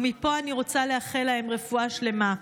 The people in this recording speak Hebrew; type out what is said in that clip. ומפה אני רוצה לאחל להם רפואה שלמה.